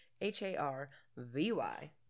H-A-R-V-Y